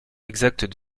exact